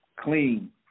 Clean